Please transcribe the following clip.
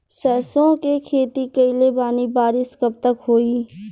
सरसों के खेती कईले बानी बारिश कब तक होई?